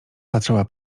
patrzała